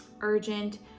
urgent